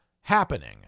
Happening